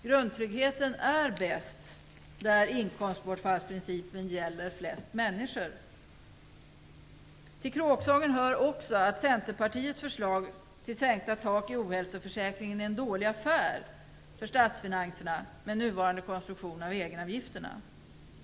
Grundtryggheten är störst där inkomstbortfallsprincipen gäller flest människor. Till kråksången hör också att Centerpartiets förslag till sänkta tak i ohälsoförsäkringen är med nuvarande konstruktion av egenavgifterna en dålig affär för statsfinanserna.